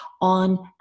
on